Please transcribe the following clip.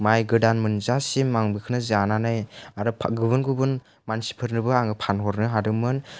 माइ गोदान मोनजासिम आं बेखौनो जानानै आरो गुबुन गुबुन मानसिफोरनोबो आं फानहरनो हादोंमोन